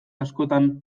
askotan